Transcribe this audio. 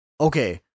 okay